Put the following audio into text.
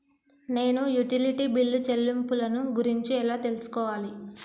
నేను utility bill చెల్లింపులను గురించి ఎలా తెలుసుకోవాలి?